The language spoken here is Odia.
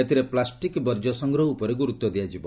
ଏଥିରେ ପ୍ଲାଷ୍ଟିକ ବର୍ଜ୍ୟ ସଂଗ୍ରହ ଉପରେ ଗୁରୁତ୍ୱ ଦିଆଯିବ